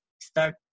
start